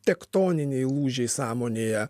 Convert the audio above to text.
tektoniniai lūžiai sąmonėje